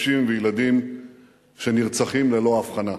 נשים וילדים שנרצחים ללא הבחנה.